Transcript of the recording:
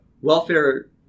welfare